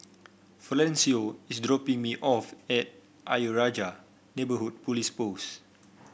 Florencio is dropping me off at Ayer Rajah Neighbourhood Police Post